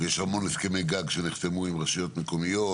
ויש המון הסכמי גג שנחתמו עם רשויות מקומיות